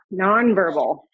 Nonverbal